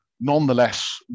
Nonetheless